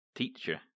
teacher